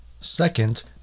Second